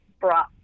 brought